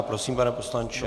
Prosím pane poslanče.